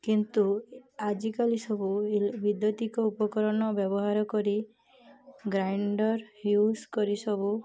କିନ୍ତୁ ଆଜିକାଲି ସବୁ ବୈଦ୍ୟୁତିକ ଉପକରଣ ବ୍ୟବହାର କରି ଗ୍ରାଇଣ୍ଡର୍ ୟୁଜ୍ କରି ସବୁ